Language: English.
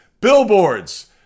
billboards